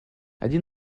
один